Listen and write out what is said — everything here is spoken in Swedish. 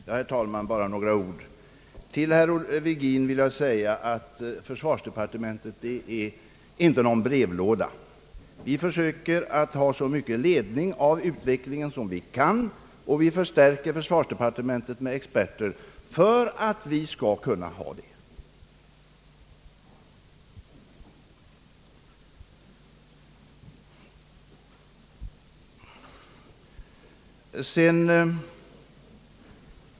Herr talman! Bara några ord! Till herr Virgin vill jag säga att försvarsdepartementet inte är någon brevlåda. Vi försöker få så mycket ledning av utvecklingen som vi kan, och vi förstärker försvarsdepartementet med experter för att kunna få det.